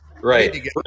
Right